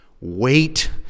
wait